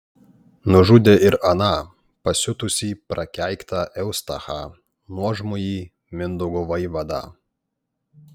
nužudė ir aną pasiutusį prakeiktą eustachą nuožmųjį mindaugo vaivadą